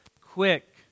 quick